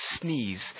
sneeze